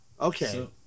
Okay